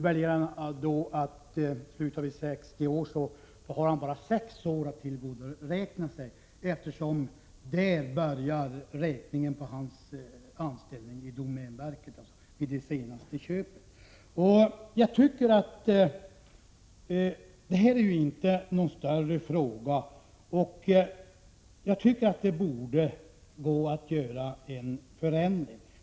Vill han sluta vid 60 års ålder har han bara sex år att tillgodoräkna sig, eftersom man börjar räkningen när han anställdes vid domänverket i samband med det senaste köpet. Det här är inte någon större fråga, utan jag tycker att det borde gå att åstadkomma en förändring.